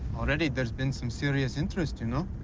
already there's been some serious interest, you know?